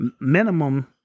minimum